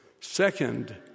Second